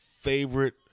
favorite